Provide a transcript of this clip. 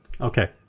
Okay